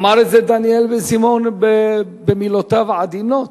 אמר את זה דניאל בן-סימון במילותיו העדינות: